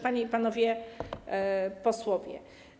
Panie i Panowie Posłowie!